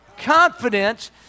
Confidence